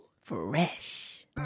Fresh